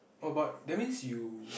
oh but that means you